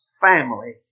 family